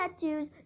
tattoos